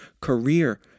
career